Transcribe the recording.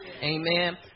Amen